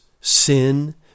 sin